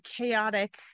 chaotic